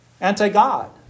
Anti-God